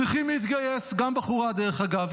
צריכים להתגייס, גם בחורה, דרך אגב.